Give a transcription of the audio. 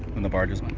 and the barges.